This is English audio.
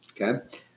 okay